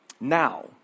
Now